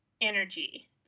energy